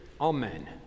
Amen